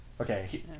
Okay